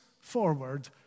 forward